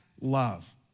love